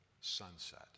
sunset